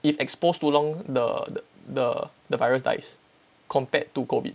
if exposed too long the the the virus dies compared to COVID